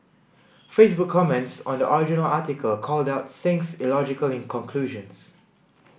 Facebook comments on the original article called out Singh's illogically conclusions